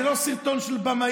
זה לא סרטון של במאים,